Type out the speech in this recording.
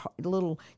little